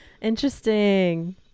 Interesting